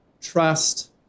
trust